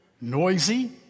noisy